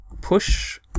push